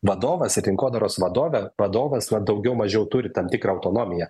vadovas ir rinkodaros vadovė vadovas daugiau mažiau turi tam tikrą autonomiją